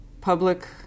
public